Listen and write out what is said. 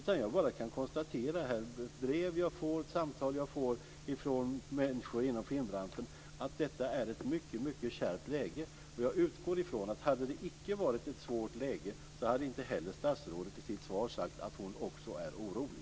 Jag kan bara konstatera av brev och samtal jag får från människor inom filmbranschen att detta är ett mycket kärvt läge. Jag utgår från att om det inte hade varit ett kärvt läge hade inte statsrådet i sitt svar sagt att hon också är orolig.